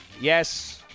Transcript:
Yes